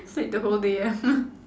sleep the whole day ah